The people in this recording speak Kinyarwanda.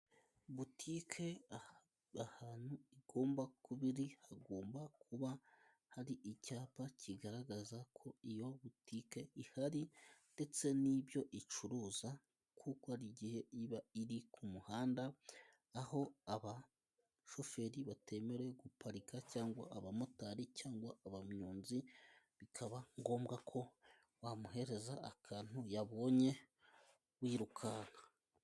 Butike aha ahantu igomba kuba iri, hagomba kuba hari icyapa kigaragaza ko iyo butike ihari ndetse n'ibyo icuruza, kuko hari igihe iba iri ku muhanda, aho abashoferi batemerewe guparika cyangwa abamotari, cyangwa abanyonzi, bikaba ngombwa ko wamuhereza akantu yabonye wirukanka.